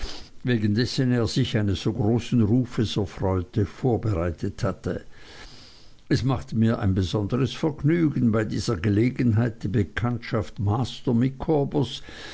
wegen dessen er sich eines so großen rufes erfreute vorbereitet hatte es machte mir ein besonderes vergnügen bei dieser gelegenheit die bekanntschaft